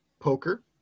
poker